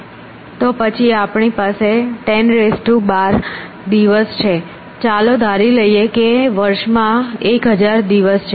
તો પછી આપણી પાસે 10 12 દિવસ છે ચાલો ધારી લઈએ કે વર્ષમાં 1000 દિવસ છે